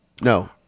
No